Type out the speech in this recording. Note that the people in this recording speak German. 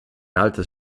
altes